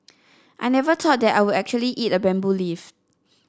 I never thought that I would actually eat a bamboo leaf